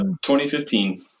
2015